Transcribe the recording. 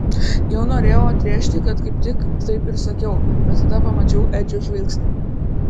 jau norėjau atrėžti kad kaip tik taip ir sakiau bet tada pamačiau edžio žvilgsnį